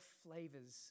flavors